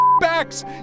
backs